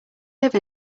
live